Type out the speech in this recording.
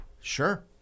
Sure